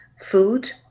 food